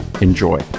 Enjoy